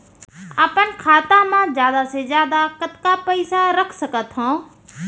अपन खाता मा जादा से जादा कतका पइसा रख सकत हव?